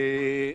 ראשית,